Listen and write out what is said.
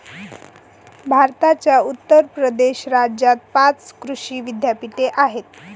भारताच्या उत्तर प्रदेश राज्यात पाच कृषी विद्यापीठे आहेत